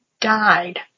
died